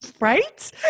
Right